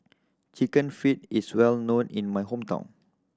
Chicken Feet is well known in my hometown